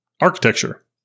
architecture